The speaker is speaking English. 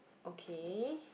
okay